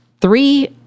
three